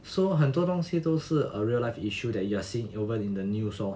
so 很多东西都是 a real life issue that you are seeing over in the news lor